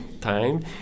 time